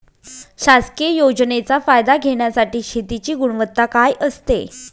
शासकीय योजनेचा फायदा घेण्यासाठी शेतीची गुणवत्ता काय असते?